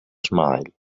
smile